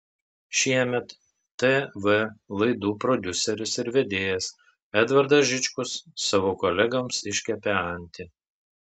šiemet tv laidų prodiuseris ir vedėjas edvardas žičkus savo kolegoms iškepė antį